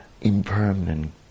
impermanent